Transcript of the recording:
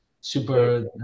Super